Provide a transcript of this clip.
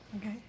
Okay